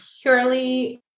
purely